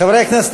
חברי הכנסת,